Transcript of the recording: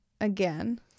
again